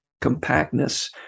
Compactness